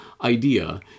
idea